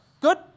Good